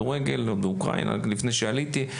עוד באוקראינה לפני שעליתי.